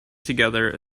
together